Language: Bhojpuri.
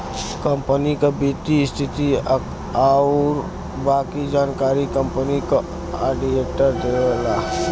कंपनी क वित्तीय स्थिति आउर बाकी जानकारी कंपनी क आडिटर देवला